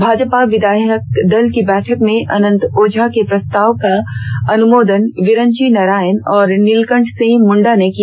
भाजपा विधायक दल की बैठक में अनंत ओझा के प्रस्ताव का अनुमोदन विरंची नारायण और नीलकंठ सिंह मृण्डा ने किया